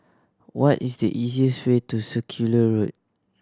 what is the easiest way to Circular Road